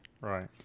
Right